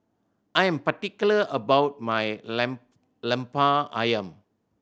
I am particular about my Lemper Ayam